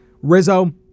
Rizzo